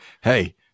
hey